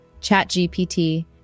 ChatGPT